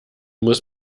muss